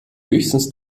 höchstens